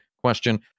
question